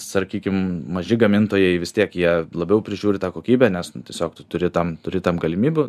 sakykim maži gamintojai vis tiek jie labiau prižiūri tą kokybę nes tiesiog tu turi tam turi tam galimybių